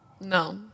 No